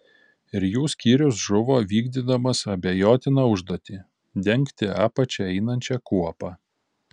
ir jų skyrius žuvo vykdydamas abejotiną užduotį dengti apačia einančią kuopą